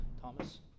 Thomas